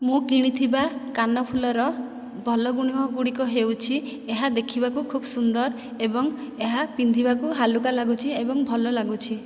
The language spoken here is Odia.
ମୁଁ କିଣିଥିବା କାନଫୁଲର ଭଲ ଗୁଣ ଗୁଡ଼ିକ ହେଉଛି ଏହା ଦେଖିବାକୁ ଖୁବ ସୁନ୍ଦର ଏବଂ ଏହା ପିନ୍ଧିବାକୁ ହାଲୁକା ଲାଗୁଚି ଏବଂ ଭଲ ଲାଗୁଛି